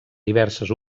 diverses